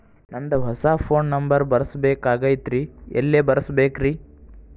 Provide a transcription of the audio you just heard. ನಂದ ಹೊಸಾ phone number ಬರಸಬೇಕ್ ಆಗೈತ್ರಿ ಎಲ್ಲೆ ಬರಸ್ಬೇಕ್ರಿ?